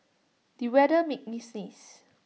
the weather made me sneeze